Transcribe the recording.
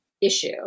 issue